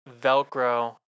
Velcro